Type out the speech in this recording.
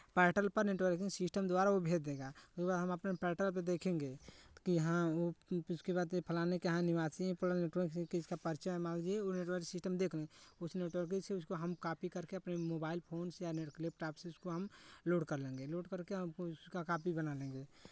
portal पर networking system द्वारा वो भेज देगा हम अपने पोर्टल पर देखेंगे कि हाँ वो उसके बाद फलाने के यहाँ निवासी हैं परिचय है मान लीजिये वो नेटवर्किंग सिस्टम देख लें उस नेटवर्किंग से उसको हम कॉपी कर के अपने मोबाइल फोन से लेपटॉप से उसको हम लोड कर लेंगे लोड करके हम उसका कॉपी बना लेंगे